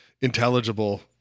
intelligible